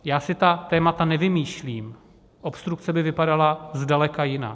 Já si ta témata nevymýšlím, obstrukce by vypadaly zdaleka jinak.